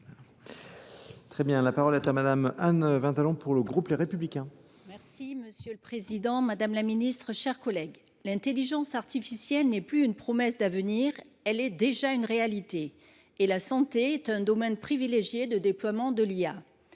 La parole est à madame Anne Vintalon pour le groupe Les Républicains.